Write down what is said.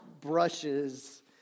brushes